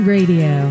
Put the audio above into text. Radio